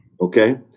okay